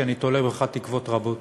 כי אני תולה בך תקוות רבות,